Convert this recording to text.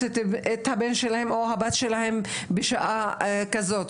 את הבן שלהם או הבת שלהם בשעה הזאת,